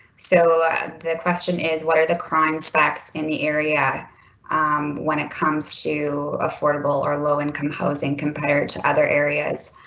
so the question is what are the crimes facts in the area um when it comes to affordable or low income housing compared to other areas?